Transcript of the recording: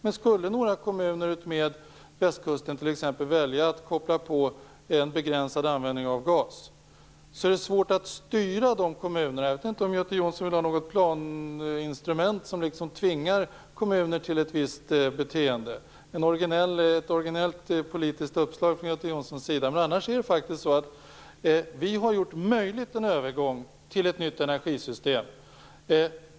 Men skulle några kommuner utmed västkusten t.ex. välja att koppla på en begränsad användning av gas, vore det svårt att styra de kommunerna. Jag vet inte om Göte Jonsson vill ha något planinstrument som tvingar kommuner till ett visst beteende. Det vore ett originellt politiskt uppslag från hans sida i sådana fall. Annars har vi möjliggjort en övergång till ett nytt energisystem.